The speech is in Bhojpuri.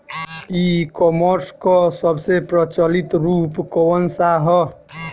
ई कॉमर्स क सबसे प्रचलित रूप कवन सा ह?